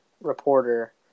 reporter